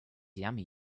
yummy